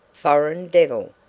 foreign devil!